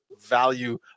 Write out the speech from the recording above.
value